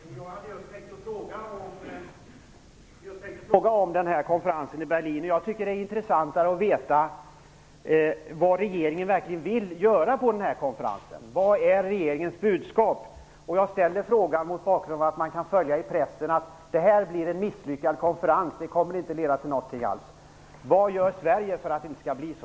Herr talman! Jag hade just tänkt fråga om konferensen i Berlin. Jag tycker att det är intressantare att veta vad regeringen verkligen vill göra på den här konferensen. Vad är regeringens budskap? Jag ställer min fråga mot bakgrund av att man i pressen kan följa detta. Det talas om att det blir en misslyckad konferens, som inte kommer att leda till något. Vad gör Sverige för att det inte skall bli så?